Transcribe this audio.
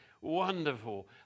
wonderful